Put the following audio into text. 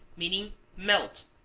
meaning melt.